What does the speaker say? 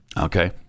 Okay